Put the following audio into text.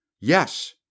Yes